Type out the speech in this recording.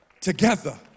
together